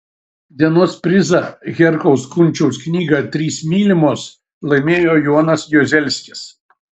dienos prizą herkaus kunčiaus knygą trys mylimos laimėjo jonas juozelskis